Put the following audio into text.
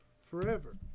forever